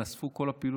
נאספו כל הפעילות,